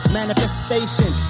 manifestation